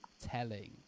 telling